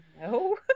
No